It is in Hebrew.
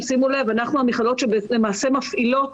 שימו לב, אנחנו המכללות שלמעשה מפעילות